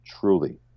truly